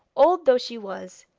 old though she was,